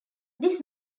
this